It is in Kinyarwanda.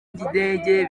by’indege